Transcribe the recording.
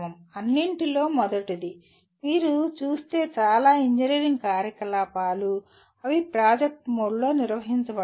అన్నింటిలో మొదటిది మీరు చూస్తే చాలా ఇంజనీరింగ్ కార్యకలాపాలు అవి ప్రాజెక్ట్ మోడ్లో నిర్వహించబడతాయి